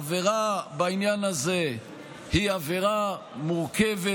העבירה בעניין הזה היא מורכבת.